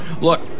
look